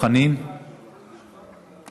ולהביא משם סטודנטים שישלמו לאוניברסיטה.